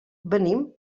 venim